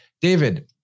David